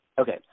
Okay